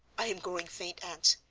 i am growing faint, aunt.